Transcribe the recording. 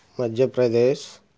Madhya Pradesh